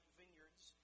vineyards